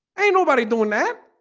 ain't nobody doing that